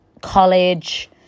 college